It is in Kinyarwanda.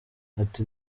ati